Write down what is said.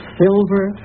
silver